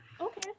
Okay